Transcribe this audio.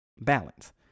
balance